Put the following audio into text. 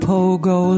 Pogo